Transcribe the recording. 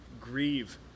grieve